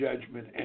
judgment